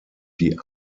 die